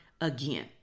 again